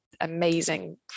amazing